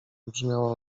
brzmiała